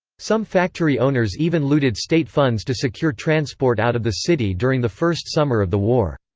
some factory owners even looted state funds to secure transport out of the city during the first summer of the war.